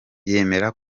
yemera